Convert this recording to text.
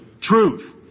truth